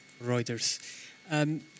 Reuters